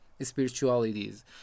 spiritualities